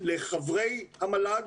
לחברי המל"ג,